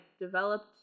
developed